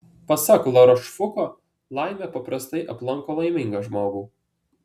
pasak larošfuko laimė paprastai aplanko laimingą žmogų